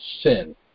sin